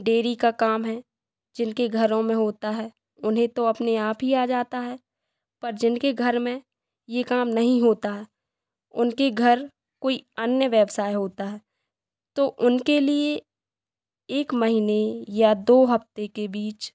dairy का काम है जिनके घरों में होता है उन्हें तो अपने आप ही आ जाता है पर जिनके घर में ये काम नहीं होता उनके घर कोई अन्य व्यवसाय होता है तो उनके लिए एक महीने या दो हफ़्ते के बीच